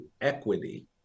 equity